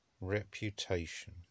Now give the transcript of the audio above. reputation